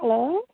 hello